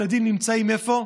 ילדים נמצאים, איפה?